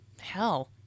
hell